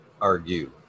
argue